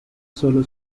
sólo